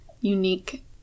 unique